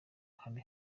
hari